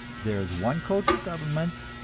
there is one code for governments,